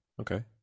okay